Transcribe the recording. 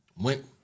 went